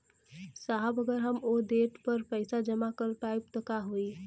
साहब अगर हम ओ देट पर पैसाना जमा कर पाइब त का होइ?